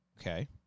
Okay